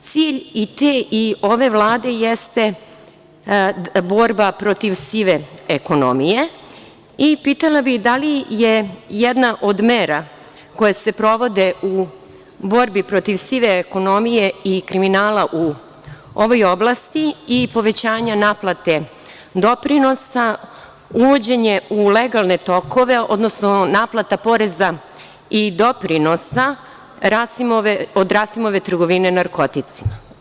cilj i te i ove Vlade jeste borba protiv sive ekonomije i pitala bih da li je jedna od mera koje se provode u borbi protiv sive ekonomije i kriminala u ovoj oblasti i povećanja naplate doprinosa, uvođenje u legalne tokove, odnosno naplata poreza i doprinosa od Rasimove trgovine narokoticima?